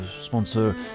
sponsor